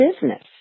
business